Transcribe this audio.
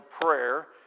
prayer